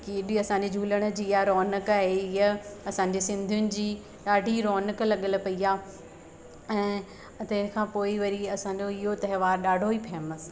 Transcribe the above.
की हे बि असांजे झूलण जी इहा रोनक़ु आहे ईअ असांजे सिंधीयुनि जी ॾाढी रोनक़ लॻियल पई आहे ऐं तंहिंखां पोइ ई वरी असांजो इहो त्योहार ॾाढो ई फेमस आहे